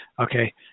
okay